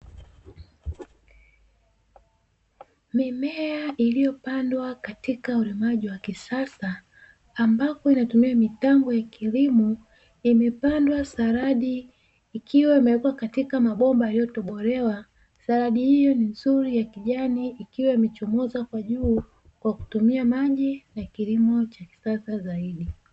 Mimea iliyopandwa katika ulimaji wa kisasa ambapo inatumia mitambo ya kilimo imepandwa saladi, ikiwa imewekwa katika mabomba yaliyotobolewa, saladi hiyo ni nzuri ya kijani ikiwa imechomoza kwa juu kwa kutumia maji na kilimo cha kisasa zaidi.